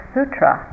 Sutra